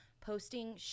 posting